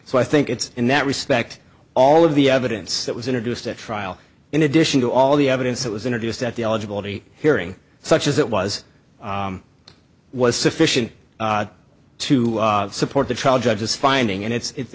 so i think it's in that respect all of the evidence that was introduced at trial in addition to all the evidence that was introduced at the eligibility hearing such as it was was sufficient to support the child judge's finding and it's